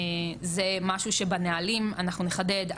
זה משהו שבנהלים אנחנו נחדד,